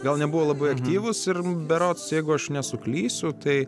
gal nebuvo labai aktyvūs ir berods jeigu aš nesuklysiu tai